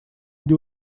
для